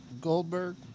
Goldberg